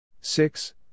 Six